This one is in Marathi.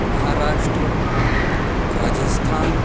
महाराष्ट्र राजस्थान